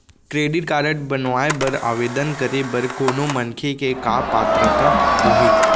Credit card बनवाए बर आवेदन करे बर कोनो मनखे के का पात्रता होही?